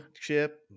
chip